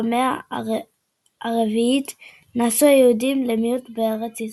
ובמאה ה-4 נעשו היהודים למיעוט בארץ ישראל.